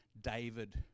david